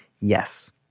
yes